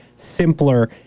simpler